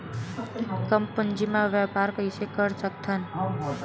कम पूंजी म व्यापार कइसे कर सकत हव?